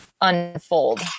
unfold